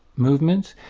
movement,